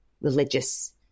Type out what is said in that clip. religious